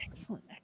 Excellent